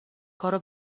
کارو